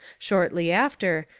shortly after,